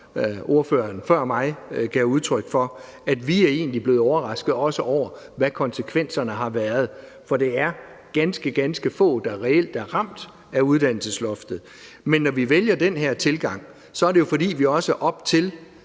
ordføreren før mig gav udtryk for, nemlig at vi egentlig også er blevet overrasket over, hvad konsekvenserne har været. For det er ganske, ganske få, der reelt er ramt af uddannelsesloftet. Men når vi vælger den her tilgang, er det jo, fordi vi også op til